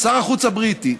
שר החוץ הבריטי,